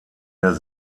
der